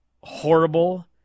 horrible